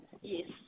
Yes